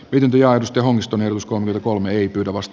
ylempi aidosti onnistuneen uskon vielä kolme ii tavast